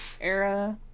era